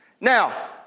Now